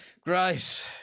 Grace